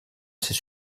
ses